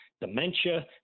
dementia